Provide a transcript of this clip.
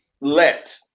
Let